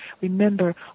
Remember